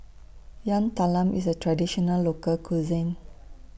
Yam Talam IS A Traditional Local Cuisine